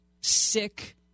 sick